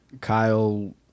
Kyle